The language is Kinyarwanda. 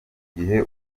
gihe